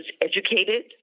educated